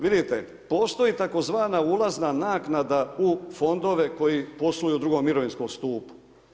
Vidite postoji tzv. ulazna naknada u fondove koji posluju u drugom mirovinskom stupu.